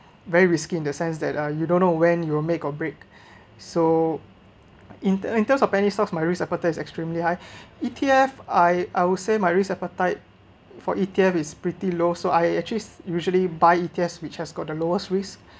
very risky in the sense that uh you don't know when you will make or break so in in term of penny stocks my risk appetite is extremely high E_T_F I I would say my risk appetite for E_T_F is pretty low so I actually usually buy E_T_F which has got the lowest risk